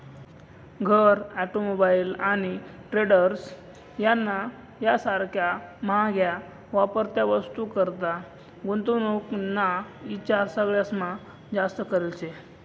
घर, ऑटोमोबाईल आणि ट्रेलर्स यानी सारख्या म्हाग्या वापरत्या वस्तूनीकरता गुंतवणूक ना ईचार सगळास्मा जास्त करेल शे